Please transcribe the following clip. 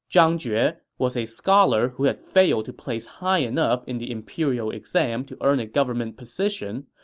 zhang jue, yeah was a scholar who had failed to place high enough in the imperial exam to earn a government position,